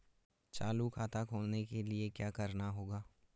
चालू खाता खोलने के लिए क्या करना होगा?